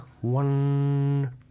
one